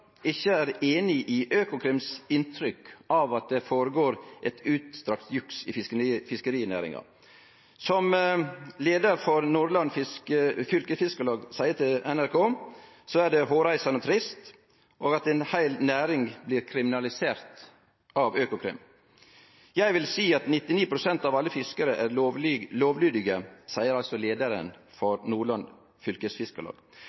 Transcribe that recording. ikkje er einig i Økokrims inntrykk av at det føregår eit utstrekt juks i fiskerinæringa. Leiaren for Nordland fylkesfiskarlag seier til NRK at det er hårreisande og trist, og at ei heil næring blir kriminalisert av Økokrim. «Jeg vil si at 99 prosent av alle fiskere er lovlydige», seier leiaren for Nordland fylkesfiskarlag.